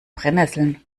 brennnesseln